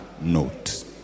note